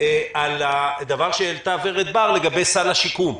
על הדבר שהעלתה ורד בר לגבי סל השיקום.